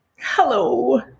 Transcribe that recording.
Hello